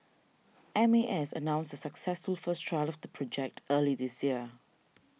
M A S announced a successful first trial of the project early this year